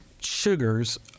sugars